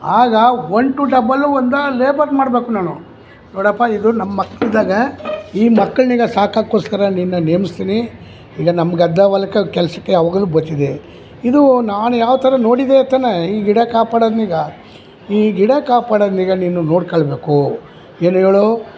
ಆಗ one two double ಒಂದಾ labour ಮಾಡಬೇಕು ನಾನು ನೋಡಪ್ಪ ಇದು ನಮ್ಮ ಮಕ್ಳು ಇದ್ದಂಗ ಈ ಮಕ್ಳನ್ನು ಈಗ ಸಾಕಕ್ಕೋಸ್ಕರ ನಿನ್ನನ್ನು ನೇಮಿಸ್ತಿನಿ ಈಗ ನಮ್ಮ ಗದ್ದೆ ಹೊಲಕ್ಕ ಕೆಲಸಕ್ಕೆ ಯಾವಾಗಲೂ ಬತ್ತಿದೆ ಇದು ನಾನು ಯಾವ ಥರ ನೋಡಿದೆ ತಾನೆ ಈ ಗಿಡ ಕಾಪಾಡೋದ್ನ ಈಗ ಈ ಗಿಡ ಕಾಪಾಡೋದ್ನ ಈಗ ನೀನು ನೋಡ್ಕೊಳ್ಬೇಕು ಏನು ಹೇಳು